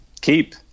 Keep